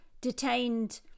detained